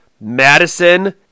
Madison